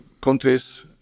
countries